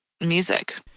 music